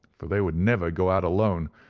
for they would never go out alone,